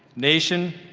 nation,